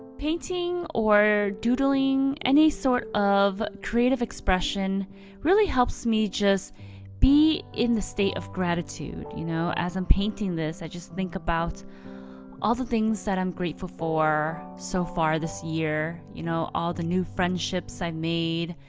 painting or doodling, any sort of creative expression really helps me just be in the state of gratitude. you know as i'm painting this, i just think about all the things that i'm grateful for so far this year. you know all the new friendships i made,